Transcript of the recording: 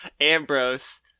Ambrose